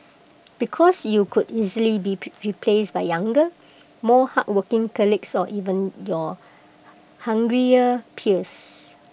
because you could easily be replaced by younger more hardworking colleagues or even your hungrier peers